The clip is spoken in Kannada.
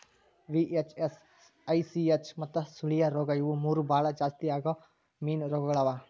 ವಿ.ಹೆಚ್.ಎಸ್, ಐ.ಸಿ.ಹೆಚ್ ಮತ್ತ ಸುಳಿಯ ರೋಗ ಇವು ಮೂರು ಭಾಳ ಜಾಸ್ತಿ ಆಗವ್ ಮೀನು ರೋಗಗೊಳ್ ಅವಾ